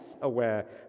aware